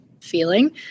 feeling